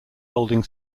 holding